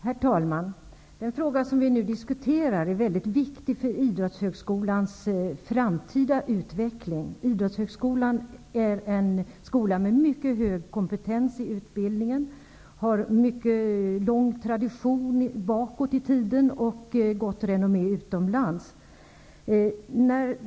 Herr talman! Den fråga som vi nu diskuterar är mycket viktig för Idrottshögskolans framtida utveckling. Idrottshögskolan är en skola med mycket hög kompetens när det gäller utbildningen, mycket lång tradition bakåt i tiden och gott renommé utomlands.